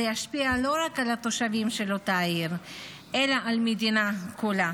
זה ישפיע לא רק על התושבים של אותה עיר אלא על המדינה כולה